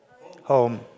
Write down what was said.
home